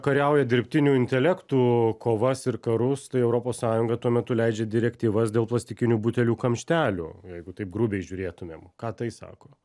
kariauja dirbtinių intelektų kovas ir karus tai europos sąjunga tuo metu leidžia direktyvas dėl plastikinių butelių kamštelių jeigu taip grubiai žiūrėtumėm ką tai sako